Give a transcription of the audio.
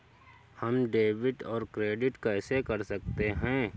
हम डेबिटऔर क्रेडिट कैसे कर सकते हैं?